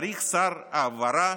צריך שר הבהרה